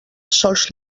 sols